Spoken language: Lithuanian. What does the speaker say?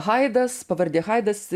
haidas pavardė haidas